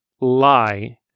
lie